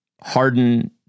Harden